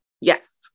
Yes